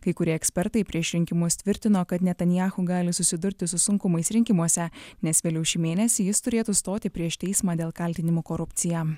kai kurie ekspertai prieš rinkimus tvirtino kad netanyahu gali susidurti su sunkumais rinkimuose nes vėliau šį mėnesį jis turėtų stoti prieš teismą dėl kaltinimų korupcija